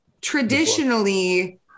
traditionally